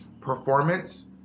performance